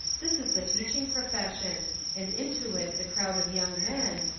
this is the teaching profession and into it the crowd of young men,